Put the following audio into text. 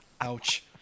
Ouch